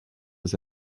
was